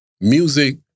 Music